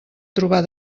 trobar